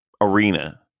arena